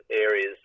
areas